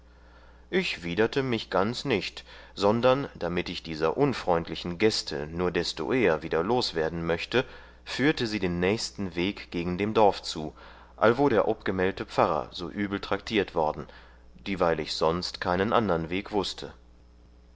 ich widerte mich ganz nicht sondern damit ich dieser unfreundlichen gäste nur desto eher wieder los werden möchte führte sie den nächsten weg gegen dem dorf zu allwo der obgemeldte pfarrer so übel traktiert worden dieweil ich sonst keinen andern weg wußte